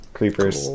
Creepers